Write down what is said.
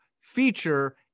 feature